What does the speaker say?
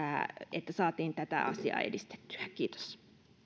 että saatiin tätä asiaa edistettyä kiitos